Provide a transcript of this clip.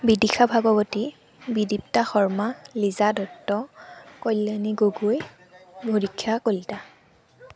Bidisha Bhagawati Bidipta Sharma Liza Dutta Kalyani Gogoi Bharikshya Kalita